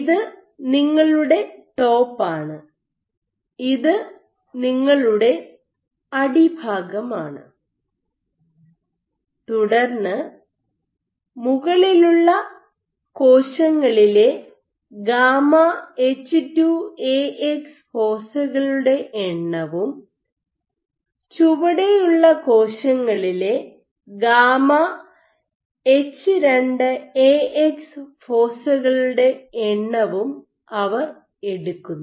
ഇത് നിങ്ങളുടെ ടോപ്പ് ആണ് ഇത് നിങ്ങളുടെ അടിഭാഗമാണ് തുടർന്ന് മുകളിലുള്ള കോശങ്ങളിലെ ഗാമാ എച്ച് 2 എ എക്സ് ഫോസൈകളുടെ എണ്ണവും ചുവടെയുള്ള കോശങ്ങളിലെ ഗാമാ എച്ച് 2 എ എക്സ് ഫോസൈകളുടെ എണ്ണവും അവർ എടുക്കുന്നു